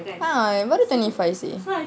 ah baru twenty five seh